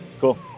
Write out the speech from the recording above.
Cool